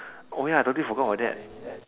oh ya I totally forget about that